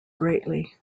greatly